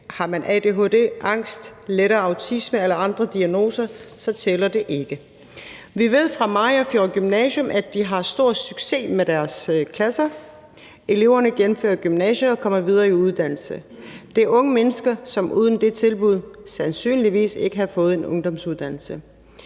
Har man adhd, angst, lettere autisme eller andre diagnoser, tæller det ikke. Vi ved fra Mariagerfjord Gymnasium, at de har stor succes med deres klasser. Eleverne gennemfører gymnasiet og kommer videre i uddannelsessystemet. Det er unge mennesker, som uden det tilbud sandsynligvis ikke havde fået en ungdomsuddannelse.